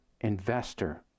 investor